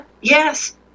Yes